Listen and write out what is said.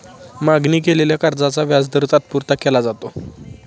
मागणी केलेल्या कर्जाचा व्याजदर तात्पुरता केला जातो